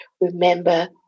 Remember